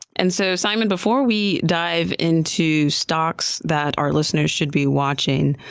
and so simon, before we dive into stocks that our listeners should be watching,